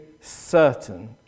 certain